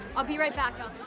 i'll be right back,